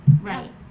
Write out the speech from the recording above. Right